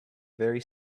very